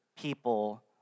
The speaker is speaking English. people